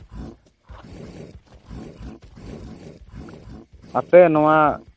ᱟᱯᱮ ᱱᱚᱣᱟ